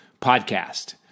podcast